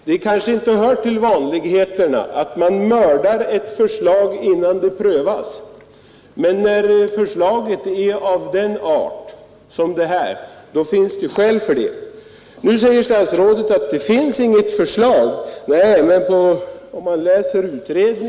Det kanske inte hör till vanligheten att man mördar ett förslag innan det ens har prövats, men när förslaget är av sådan art som det framlagda finns skäl därtill. Statsrådet säger nu att det inte finns något utformat förslag till ett avgiftssystem.